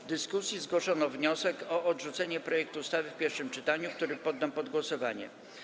W dyskusji zgłoszono wniosek o odrzucenie projektu ustawy w pierwszym czytaniu, który poddam pod głosowanie.